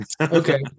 Okay